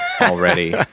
already